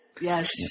Yes